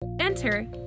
Enter